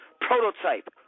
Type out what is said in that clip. Prototype